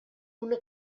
una